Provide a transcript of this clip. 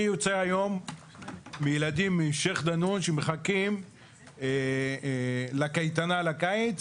אני יוצא היום מילדים משייח' דנון שמחכים לקייטנה לקיץ,